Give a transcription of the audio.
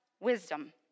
wisdom